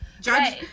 judge